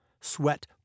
Sweat